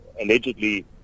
allegedly